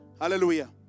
Hallelujah